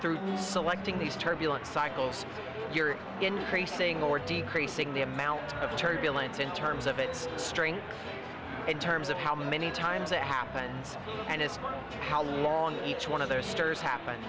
through selecting these turbulent cycles you're increasing or decreasing the amount of turbulence in terms of its strength in terms of how many times it happens and it's funny how long each one of those stars happen